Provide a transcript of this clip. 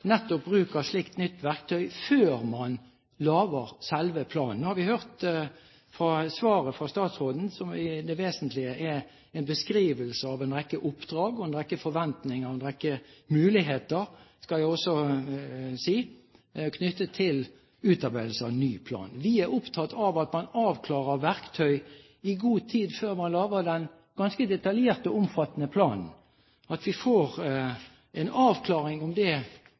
nettopp bruk av slikt nytt verktøy før man lager selve planen. Nå har vi hørt svaret fra statsråden, som i det vesentlige er en beskrivelse av en rekke oppdrag og en rekke forventninger og en rekke muligheter – skal jeg også si – knyttet til utarbeidelse av ny plan. Vi er opptatt av at man avklarer verktøy i god tid før man lager den ganske detaljerte og omfattende planen, og at vi får en avklaring av det